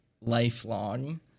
lifelong